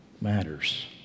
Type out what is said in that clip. matters